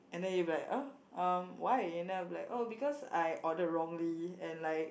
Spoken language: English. and then you'll be like uh um why and then I'm like oh because I order wrongly and like